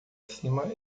cima